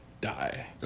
die